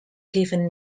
given